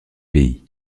pays